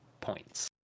points